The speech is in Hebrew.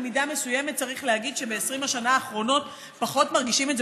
במידה מסוימת צריך להגיד שב-20 השנים האחרונות פחות מרגישים את זה,